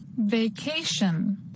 Vacation